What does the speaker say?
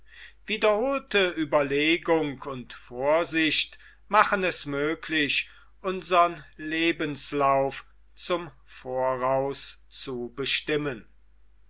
wiederholte ueberlegung und vorsicht machen es möglich unsern lebenslauf zum voraus zu bestimmen